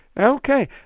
Okay